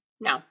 No